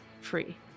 free